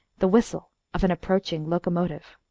the whistle of an approaching locomotive.